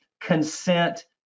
consent